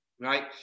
Right